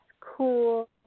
cool